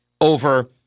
over